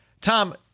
Tom